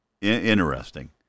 Interesting